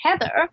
Heather